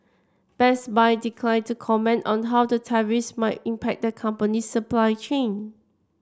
Best Buy declined to comment on how the tariffs might impact the company's supply chain